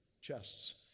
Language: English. chests